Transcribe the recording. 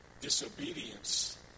disobedience